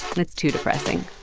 and it's too depressing